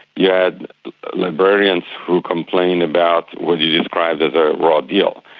yet librarians who complain about what you described as a raw deal,